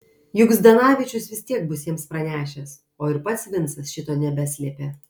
juk zdanavičius vis tiek bus jiems pranešęs o ir pats vincas šito nebeslėpė